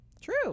True